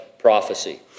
prophecy